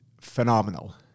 phenomenal